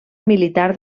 militar